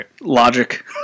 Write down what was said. logic